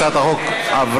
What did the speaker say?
הצעת החוק עברה,